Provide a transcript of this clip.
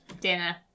Dinner